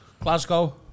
Glasgow